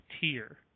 tier